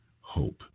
Hope